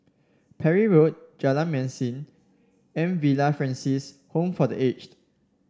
Parry Road Jalan Mesin and Villa Francis Home for The Aged